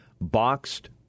boxed